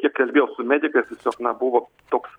kiek kalbėjau su medikais tiesiog na buvo toks